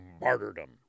martyrdom